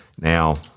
Now